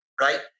right